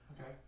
Okay